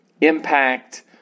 impact